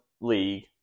league